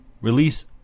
release